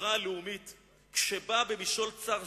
"החברה הלאומית כשבאה במשעול צר זה,